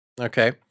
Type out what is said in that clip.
okay